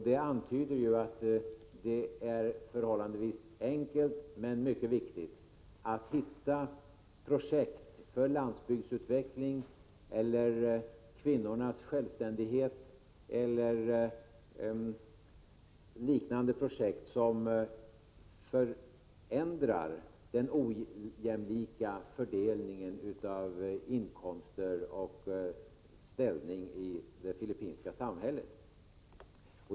Det antyder att det är förhållandevis enkelt, men mycket viktigt, att hitta projekt för landsbygdsutveckling, kvinnornas självständighet eller liknande projekt som förändrar den ojämlika fördelningen av inkomster och ställning i det filippinska samhället.